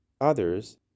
Others